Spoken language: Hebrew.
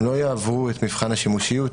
הם לא יעברו את מבחן השימושיות.